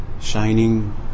shining